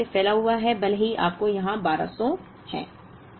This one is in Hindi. यह एक तरह से फैला हुआ है भले ही आपके यहां 1200 है